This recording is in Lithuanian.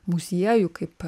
muziejų kaip